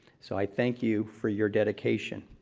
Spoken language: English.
so i thank you for your dedication.